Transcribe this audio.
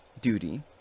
duty